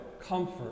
comfort